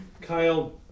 Kyle